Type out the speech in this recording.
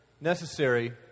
necessary